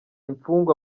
imfungwa